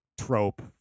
trope